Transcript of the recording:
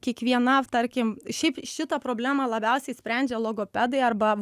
kiekviena tarkim šiaip šitą problemą labiausiai sprendžia logopedai arba